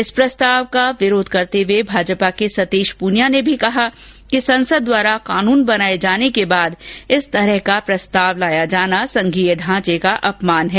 इस प्रस्ताव का विरोध करते हुए भाजपा के सतीश पुनिया ने भी कहा कि संसद द्वारा कानुन बनाये जाने के बाद इस तरह का प्रस्ताव लाया जाना संघीय ढांचे का अपमान है